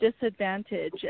disadvantage